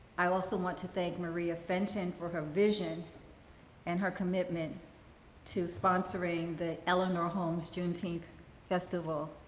i also want to thank maria fenton for her vision and her commitment to sponsoring the eleanor holmes juneteenth festival.